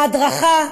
מההדרכה,